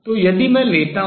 तो यदि मैं लेता हूँ